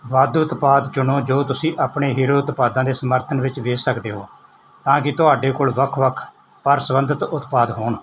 ਵਾਧੂ ਉਤਪਾਦ ਚੁਣੋ ਜੋ ਤੁਸੀਂ ਆਪਣੇ ਹੀਰੋ ਉਤਪਾਦਾਂ ਦੇ ਸਮਰਥਨ ਵਿੱਚ ਵੇਚ ਸਕਦੇ ਹੋ ਤਾਂ ਕਿ ਤੁਹਾਡੇ ਕੋਲ ਵੱਖ ਵੱਖ ਪਰ ਸੰਬੰਧਿਤ ਉਤਪਾਦ ਹੋਣ